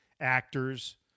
actors